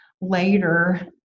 later